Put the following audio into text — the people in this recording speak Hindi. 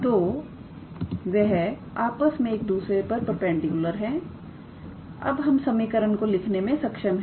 तो वह आपस में एक दूसरे पर परपेंडिकुलर हैंअब हम समीकरण को लिखने में सक्षम है